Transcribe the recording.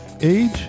age